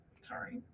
Sorry